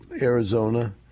Arizona